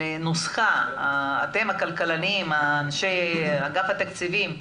אתם הכלכלנים, אנשי אגף התקציבים,